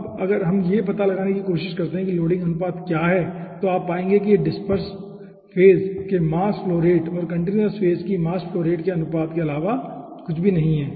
अब अगर हम यह पता लगाने की कोशिश करते हैं कि लोडिंग अनुपात क्या है ठीक है तो आप पाएंगे कि यह डिस्पेर्सेड फेज के मास फ्लो रेट और कंटीन्यूअस फेज की मास फ्लो रेट के अनुपात के अलावा कुछ भी नहीं है